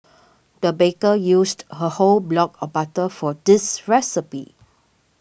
the baker used a whole block of butter for this recipe